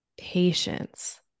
patience